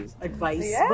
advice